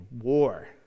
war